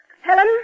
Helen